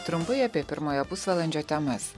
trumpai apie pirmojo pusvalandžio temas